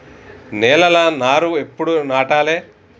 నేలలా నారు ఎప్పుడు నాటాలె?